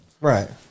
Right